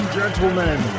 gentlemen